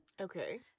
Okay